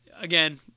again